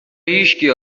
هیچکی